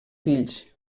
fills